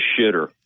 shitter